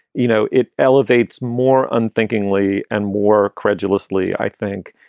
you know, it elevates more unthinkingly and more credulously, i think,